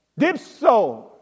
Dipso